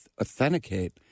authenticate